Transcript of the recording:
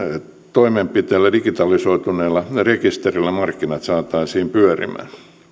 toimenpiteellä digitalisoituneella rekisterillä markkinat saataisiin pyörimään